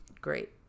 Great